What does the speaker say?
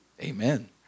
Amen